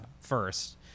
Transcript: first